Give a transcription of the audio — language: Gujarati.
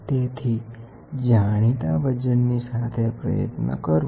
તેથી જાણીતા વજનની સાથે પ્રયત્ન કરવો